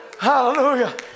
Hallelujah